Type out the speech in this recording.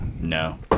No